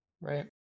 Right